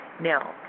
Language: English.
Now